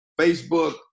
Facebook